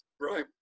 Right